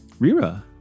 Rira